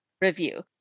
review